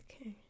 Okay